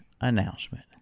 announcement